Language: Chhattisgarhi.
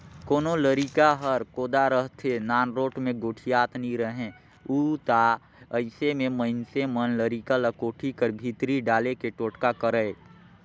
कोनो लरिका हर कोदा रहथे, नानरोट मे गोठियात नी रहें उ ता अइसे मे मइनसे मन लरिका ल कोठी कर भीतरी डाले के टोटका करय